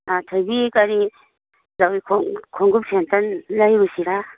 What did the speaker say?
ꯑꯥ ꯊꯣꯏꯕꯤ ꯀꯔꯤ ꯈꯣꯡꯎꯞ ꯁꯦꯟꯇꯟ ꯂꯩꯔꯨꯁꯤꯔ